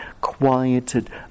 quieted